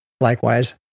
Likewise